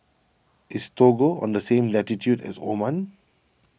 is Togo on the same latitude as Oman